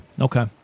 Okay